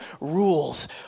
rules